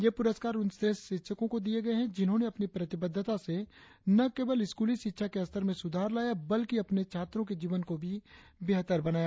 ये पुरस्कार उन श्रेष्ठ शिक्षकों को दिये गये हैजिन्होंने अपनी प्रतिबद्धता से न केवल स्कूली शिक्षा के स्तर में सुधार लाया है बल्कि अपने छात्रों के जीवन को भी बेहतर बनाया